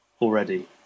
already